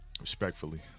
Respectfully